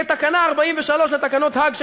את תקנה 43 לתקנות האג,